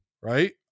right